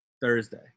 thursday